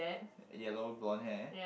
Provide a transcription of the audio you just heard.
yellow blonde hair